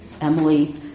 Emily